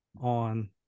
on